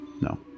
No